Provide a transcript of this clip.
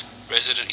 Resident